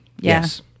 Yes